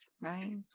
Right